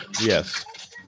Yes